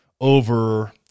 over